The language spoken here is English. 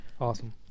Awesome